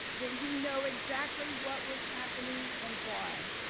did he know exactly what was happening and why?